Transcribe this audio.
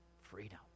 freedom